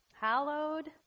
Hallowed